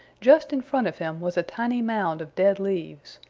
just in front of him was a tiny mound of dead leaves,